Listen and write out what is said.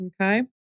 Okay